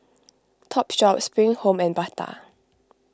Topshop Spring Home and Bata